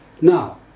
Now